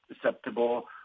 susceptible